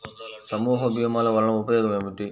సమూహ భీమాల వలన ఉపయోగం ఏమిటీ?